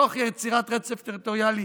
תוך יצירת רצף טריטוריאלי